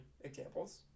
examples